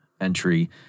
entry